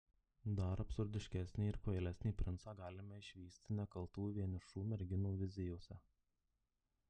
dar absurdiškesnį ir kvailesnį princą galime išvysti nekaltų vienišų merginų vizijose